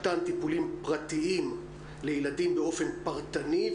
מתן טיפולים פרטיים לילדים באופן פרטני,